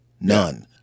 None